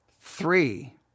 three